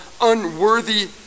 unworthy